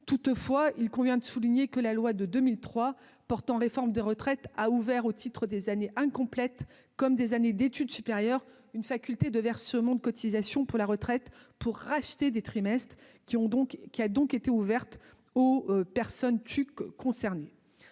toutefois, il convient de souligner que la loi de 2003 portant réforme des retraites a ouvert au titre des années incomplètes comme des années d'études supérieures, une faculté de versements de cotisations pour la retraite pour racheter des trimestres qui ont donc qui a donc été ouverte aux personnes Chuck concernés